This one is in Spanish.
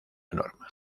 norma